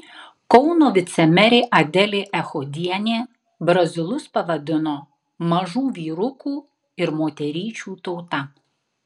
kauno vicemerė adelė echodienė brazilus pavadino mažų vyrukų ir moteryčių tauta